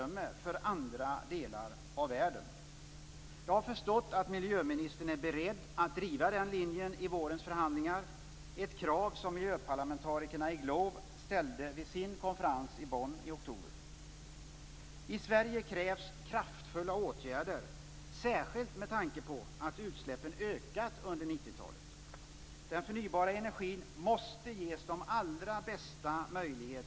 Havet är ju grunden till allt liv på jorden. Om vi slarvar med det har vi slarvat med allt.